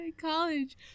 college